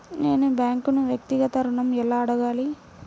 నేను బ్యాంక్ను వ్యక్తిగత ఋణం ఎలా అడగాలి?